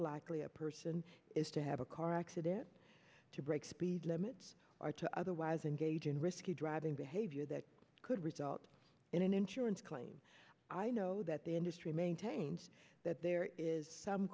likely a person is to have a car accident to break speed limits or to otherwise engage in risky driving behavior that could result in an insurance claim i know that the industry maintained that there is some